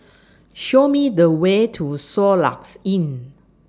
Show Me The Way to Soluxe Inn